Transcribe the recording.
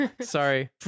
Sorry